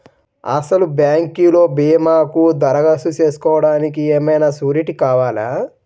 అసలు బ్యాంక్లో భీమాకు దరఖాస్తు చేసుకోవడానికి ఏమయినా సూరీటీ కావాలా?